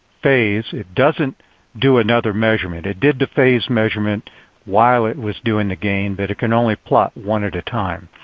phase. it doesn't do another measurement. it did the phase measurement while it was doing the gain but it can only plot one at a time.